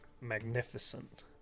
magnificent